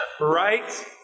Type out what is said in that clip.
Right